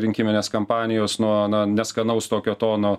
rinkiminės kampanijos nuo na neskanaus tokio tono